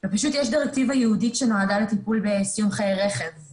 יש דירקטיבה ייעודית שנועדה לטיפול בסיום חיי רכב.